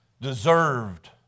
deserved